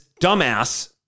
dumbass